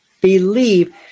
believe